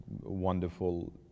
wonderful